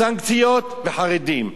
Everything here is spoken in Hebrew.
סנקציות וחרדים.